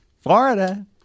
Florida